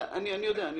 מהאוטובוסים.